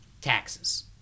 taxes